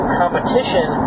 competition